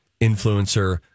influencer